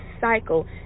cycle